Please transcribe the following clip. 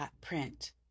print